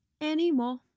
anymore